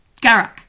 Garak